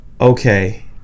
okay